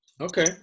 Okay